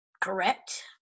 Correct